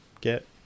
get